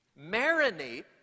marinate